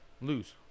Lose